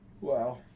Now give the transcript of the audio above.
wow